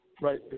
right